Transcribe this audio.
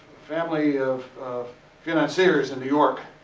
family of of financiers in new york.